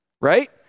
right